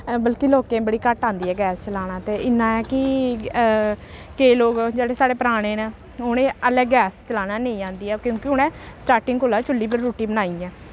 बल्कि लोकें गी बड़ी घट्ट औंदी ऐ गैस चलाना ते इन्ना ऐ कि केईं लोक जेह्ड़े साढ़े पराने न उ'नें गी हाल्लैं गैस चलाना नेईं औंदी ऐ क्योंकि उ'नें स्टार्टिंग कोला चु'ल्ली पर रुट्टी बनाई ऐ